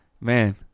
Man